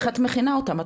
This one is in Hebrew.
איך את מכינה אותם?